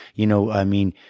you know, i mean,